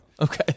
Okay